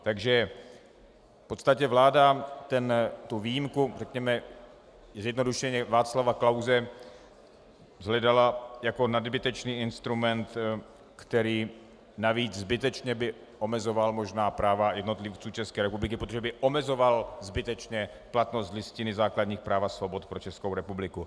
V podstatě vláda tu výjimku řekněme zjednodušeně Václava Klause shledala jako nadbytečný instrument, který by navíc zbytečně omezoval práva jednotlivců České republiky, protože by omezoval zbytečně platnost Listiny základních práv a svobod pro Českou republiku.